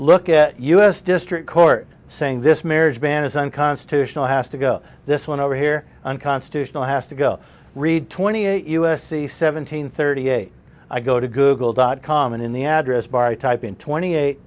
look at us district court saying this marriage ban is unconstitutional has to go this one over here unconstitutional has to go read twenty eight u s c seventeen thirty eight i go to google dot com and in the address bar i type in twenty eight